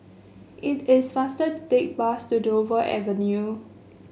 it is faster to take the bus to Dover Avenue